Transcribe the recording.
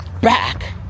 back